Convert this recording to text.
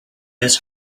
his